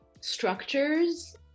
structures